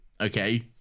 Okay